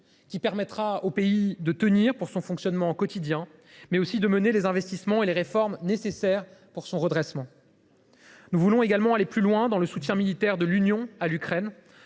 permettra au pays de tenir dans son fonctionnement quotidien, mais aussi de réaliser les investissements et les réformes nécessaires à son redressement. Nous voulons également aller plus loin dans le soutien militaire de l’Union à l’Ukraine.